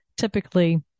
typically